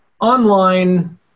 online